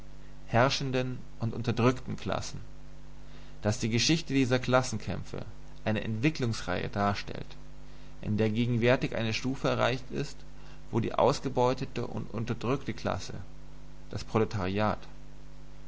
herrschenden und unterdrückten klassen daß die geschichte dieser klassenkämpfe eine entwicklungsreihe darstellt in der gegenwärtig eine stufe erreicht ist wo die ausgebeutete und unterdrückte klasse das proletariat